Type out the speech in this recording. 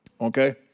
okay